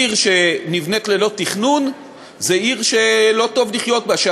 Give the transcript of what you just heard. עיר שנבנית ללא תכנון זו עיר שלא טוב לחיות בה,